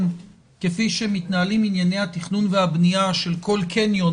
כפי שמתנהלים עניני התכנון והבנייה של כל קניון,